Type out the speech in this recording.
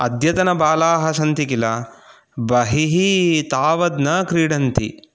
अद्यतन बालाः सन्ति किल बहिः तावत् न क्रीडन्ति